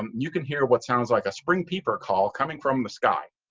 um you can hear what sounds like a spring peeper call coming from the sky.